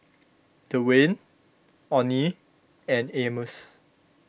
Dewayne oney and Amos